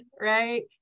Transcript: right